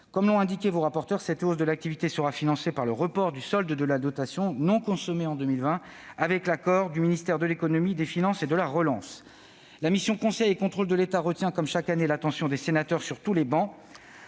Comme l'ont indiqué vos rapporteurs, cette hausse de l'activité sera financée par le report du solde de la dotation non consommée en 2020, avec l'accord du ministère de l'économie, des finances et de la relance. La mission « Conseil et contrôle de l'État » retient, comme chaque année, l'attention de l'ensemble des